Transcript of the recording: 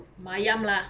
mayam lah